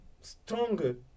stronger